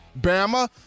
Bama